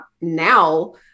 now